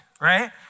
right